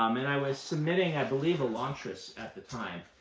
um and i was submitting, i believe, elantris at the time.